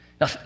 Now